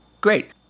Great